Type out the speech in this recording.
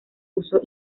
uso